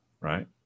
right